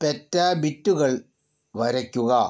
പെറ്റാബിറ്റുകൾ വരയ്ക്കുക